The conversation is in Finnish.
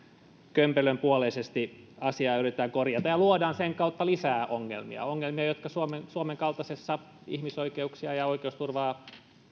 kömpelönpuoleisesti asiaa yritetään korjata ja luodaan sen kautta lisää ongelmia jotka suomen suomen kaltaisessa ihmisoikeuksia ja oikeusturvaa